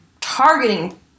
targeting